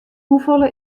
hoefolle